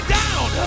down